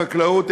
החקלאות,